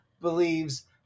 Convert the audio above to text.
believes